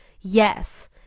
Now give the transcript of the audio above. Yes